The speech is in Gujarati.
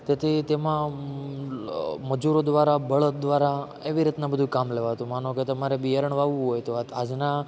તેથી તેમાં મજૂરો દ્વારા બળદ દ્વારા એવી રીતના બધું કામ લેવાતું માનો કે તમારે બિયારણ વાવવું હોય તો આજના